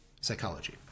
psychology